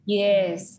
yes